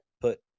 put